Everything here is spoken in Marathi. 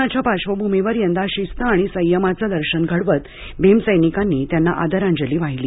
कोरोनाच्या पार्श्वभूमीवर यंदा शिस्त आणि संयमाचे दर्शन घडवत भीमसैनिकांनी त्यांना आदरांजली वाहिली